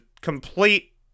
complete